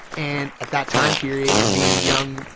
and at that time period, and being young,